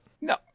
No